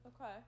okay